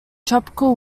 tropical